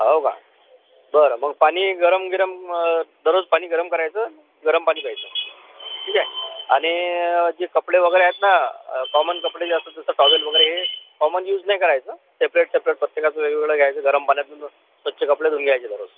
हो का बरं मग पाणी गरम बिरम दररोज पाणी गरम करायचं गरम पाणी प्यायचं ठीक आहे आणि जे कपडे वगैरे आहेत ना कॉमन कपडे जे असतात जसं टॉवेल वगैरे हे कॉमन युज नाही करायचं सेपरेट सेपरेट प्रत्येकाचं वेगवेगळं घ्यायचं गरम पाण्यातून स्वच्छ कपडे धुऊन घ्यायचे दररोज